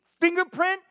fingerprint